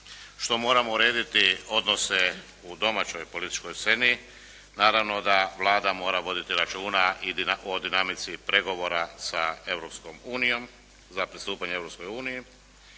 što moramo urediti odnose u domaćoj političkoj sceni, naravno da Vlada mora voditi računa o dinamici pregovora sa Europskom